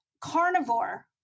carnivore